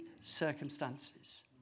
circumstances